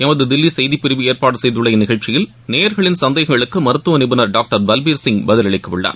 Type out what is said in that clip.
எமது தில்லி செய்தி பிரிவு ஏற்பாடு செய்துள்ள இந்நிகழ்ச்சியில் நேயர்களின் சந்தேகங்களுக்கு மருத்துவ நிபுணர் டாக்டர் பல்பீர் சிங் பதிலளிக்க உள்ளார்